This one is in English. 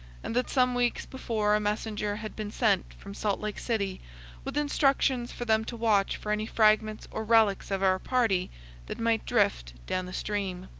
and that some weeks before a messenger had been sent from salt lake city with instructions for them to watch for any fragments or relics of our party that might drift down the stream.